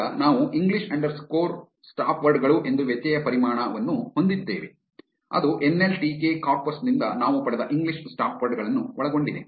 ಈಗ ನಾವು English underscore stopword ಗಳು ಎಂಬ ವ್ಯತ್ಯಯ ಪರಿಮಾಣ ವನ್ನು ಹೊಂದಿದ್ದೇವೆ ಅದು N L T K corpus ನಿಂದ ನಾವು ಪಡೆದ ಇಂಗ್ಲಿಷ್ ಸ್ಟಾಪ್ವರ್ಡ್ ಗಳನ್ನು ಒಳಗೊಂಡಿದೆ